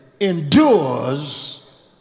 endures